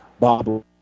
Bob